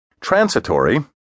transitory